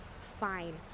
Fine